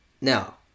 Now